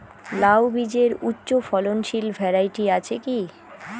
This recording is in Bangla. লাউ বীজের উচ্চ ফলনশীল ভ্যারাইটি আছে কী?